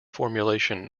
formulation